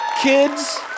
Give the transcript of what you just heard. kids